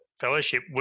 fellowship